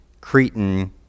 Cretan